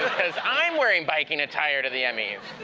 i'm wearing biking attire to the emmys.